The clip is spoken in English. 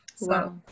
Wow